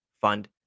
fund